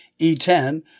E10